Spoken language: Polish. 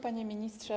Panie Ministrze!